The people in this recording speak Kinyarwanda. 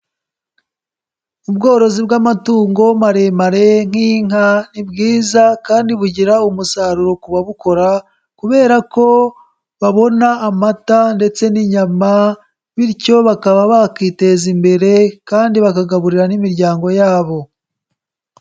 Ubworozi bw'amatungo maremare nk'inka ni bwiza kandi bugira umusaruro ku babukora kubera ko babona amata ndetse n'inyama, bityo bakaba bakiteza imbere kandi bakagaburira n'imiryango yabo.